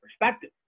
perspective